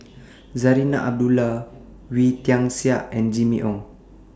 Zarinah Abdullah Wee Tian Siak and Jimmy Ong